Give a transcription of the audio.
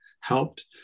helped